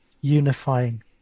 unifying